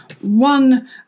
one